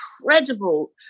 incredible